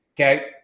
Okay